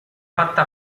fatta